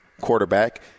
quarterback